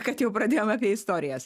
kad jau pradėjom apie istorijas